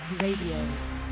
RADIO